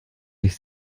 sich